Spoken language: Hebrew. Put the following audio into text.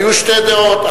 היו שתי דעות.